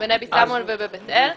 בנבי סמואל ובבית אל.